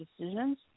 decisions